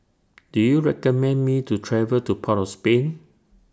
Do YOU recommend Me to travel to Port of Spain